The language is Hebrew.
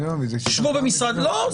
לא.